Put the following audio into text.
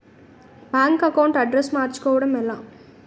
Bank account address మార్చుకోవడం ఎలా?